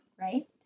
right